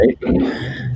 Right